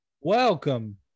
Welcome